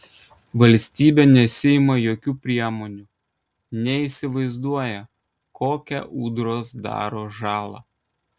valstybė nesiima jokių priemonių neįsivaizduoja kokią ūdros daro žalą